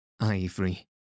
Ivory